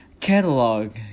catalog